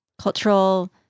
cultural